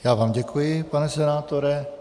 Já vám děkuji, pane senátore.